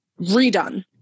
redone